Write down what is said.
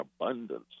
abundance